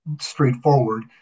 straightforward